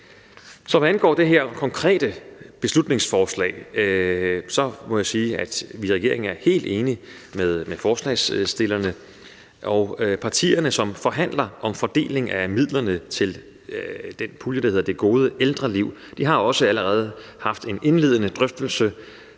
Så hvad angår det her konkrete beslutningsforslag, må jeg sige, at vi i regeringen er helt enige med forslagsstillerne. Og partierne, som forhandler om fordelingen af midlerne til den pulje, der hedder »Det gode ældreliv«, har også allerede haft en indledende drøftelse